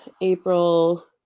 April